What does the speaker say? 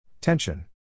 Tension